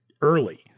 early